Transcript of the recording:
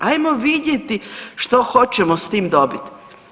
Hajmo vidjeti što hoćemo s tim dobiti?